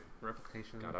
Replication